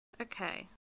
Okay